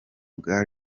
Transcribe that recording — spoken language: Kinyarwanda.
bwa